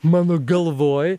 mano galvoj